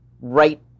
right